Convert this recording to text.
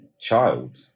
child